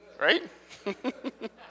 Right